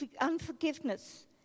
unforgiveness